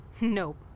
Nope